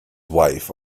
wife